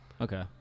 okay